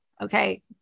Okay